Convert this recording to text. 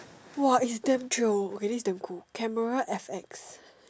!wah! it's damn chio okay it is damn cool camera F X